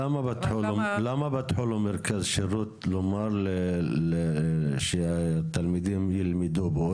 למה לא פתחו מרכז שרות נאמר שתלמידים ילמדו בו,